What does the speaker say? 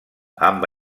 amb